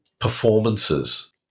performances